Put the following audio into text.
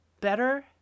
better